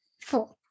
four